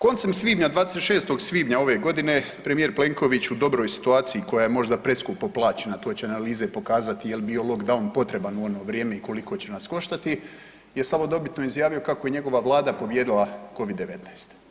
Koncem svibnja, 26. svibnja ove godine premijer Plenković u dobroj situaciji koja je možda preskupo plaćena to će analize pokazati je li bio lockdown potreban u ono vrijeme i koliko će nas koštati je slavodobitno izjavio kako je njegova Vlada pobijedila Covid-19.